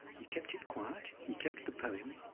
he kept it quiet. he kept the poem,